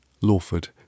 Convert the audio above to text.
Lawford